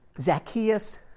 Zacchaeus